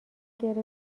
گرفت